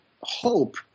hope